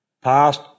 past